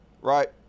right